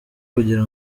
kugira